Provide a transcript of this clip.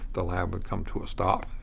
the lab would come to a stop.